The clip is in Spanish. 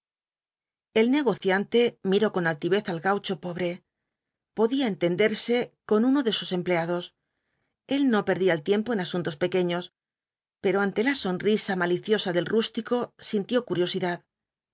el negociante miró con altivez al gaucho pobre podía entenderse con uno de sus empleados él no perdía el tiempo en asuntos pequeños pero ante la sonrisa maliciosa del itístico sintió curiosidad